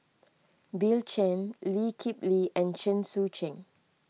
Bill Chen Lee Kip Lee and Chen Sucheng